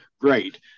Great